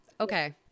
okay